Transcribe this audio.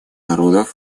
народов